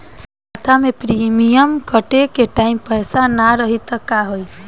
खाता मे प्रीमियम कटे के टाइम पैसा ना रही त का होई?